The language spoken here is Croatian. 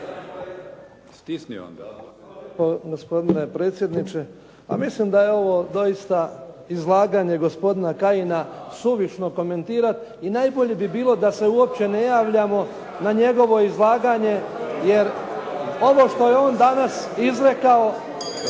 (HDZ)** Pa gospodine predsjedniče, mislim da je ovo doista izlaganje gospodina Kajina suvišno komentirati i najbolje bi bilo da se uopće ne javljamo na njegovo izlaganje, jer ovo što je on danas izrekao